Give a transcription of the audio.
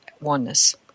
oneness